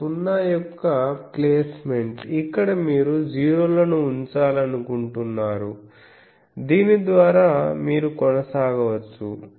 ఇది సున్నా యొక్క ప్లేస్మెంట్ఇక్కడ మీరు జీరోలను ఉంచాలనుకుంటున్నారుదీని ద్వారా మీరు కొనసాగవచ్చు